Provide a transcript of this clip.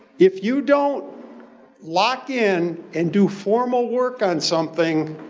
if you don't lock in and do formal work on something,